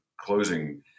closing